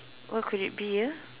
what could it be ah